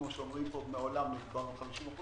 כפי שאומרים פה מעולם לא דובר על 50%,